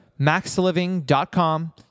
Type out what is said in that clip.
maxliving.com